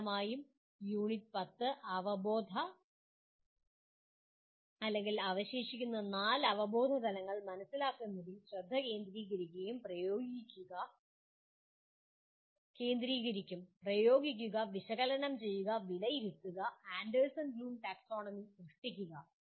പ്രധാനമായും യൂണിറ്റ് 10 അവശേഷിക്കുന്ന നാല് അവബോധ തലങ്ങൾ മനസിലാക്കുന്നതിൽ ശ്രദ്ധ കേന്ദ്രീകരിക്കും പ്രയോഗിക്കുക വിശകലനം ചെയ്യുക വിലയിരുത്തുക ആൻഡേഴ്സൺ ബ്ലൂം ടാക്സോണമി സൃഷ്ടിക്കുക